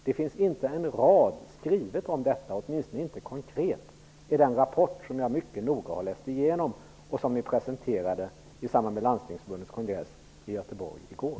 Det finns inte en rad skrivet om detta, åtminstone inte konkret, i den rapport som jag mycket noga har läst igenom och som ni presenterade i samband med Landstingsförbundets kongress i Göteborg i går.